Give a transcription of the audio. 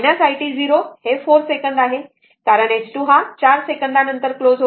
तर it4 it0 4 सेकंद आहे कारण S2 हा 4 सेकंदा नंतर क्लोज होईल